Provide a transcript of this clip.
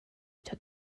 took